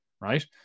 right